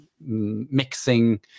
mixing